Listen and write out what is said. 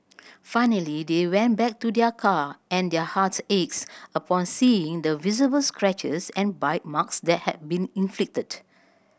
finally they went back to their car and their hearts aches upon seeing the visible scratches and bite marks that had been inflicted